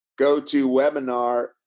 GoToWebinar